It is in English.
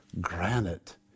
granite